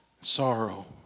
sorrow